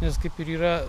nes kaip ir yra